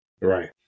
right